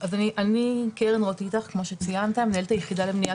אני קרן רוט איטח, מנהלת היחידה למניעת